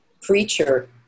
creature